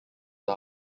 are